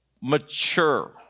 mature